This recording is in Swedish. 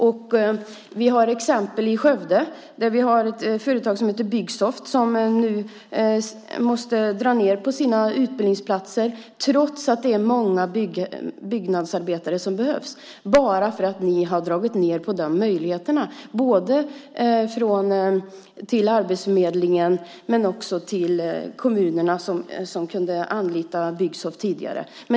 Det finns ett exempel i Skövde där vi har ett företag som heter Byggsoft. De måste nu dra ned på sina utbildningsplatser trots att det behövs många byggnadsarbetare. Det beror på att ni har dragit ned på de möjligheterna. Det gäller både arbetsförmedlingen och kommunerna som kunde anlita Byggsoft tidigare.